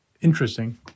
interesting